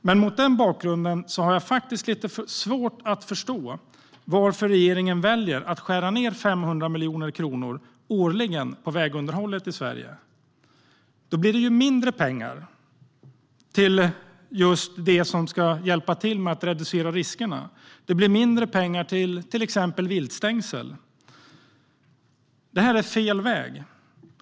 Men mot den bakgrunden har jag faktiskt lite svårt att förstå varför regeringen väljer att årligen skära ned med 500 miljoner kronor på vägunderhållet i Sverige. Då blir det ju mindre pengar till det som ska bidra till att reducera riskerna. Det blir mindre pengar till exempelvis viltstängsel. Detta är fel väg.